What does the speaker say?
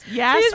yes